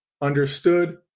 understood